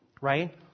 Right